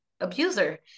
abuser